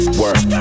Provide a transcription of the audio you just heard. work